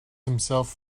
himself